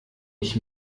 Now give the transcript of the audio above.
ich